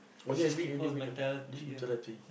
only every individual this mentality